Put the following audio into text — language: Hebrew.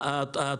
כל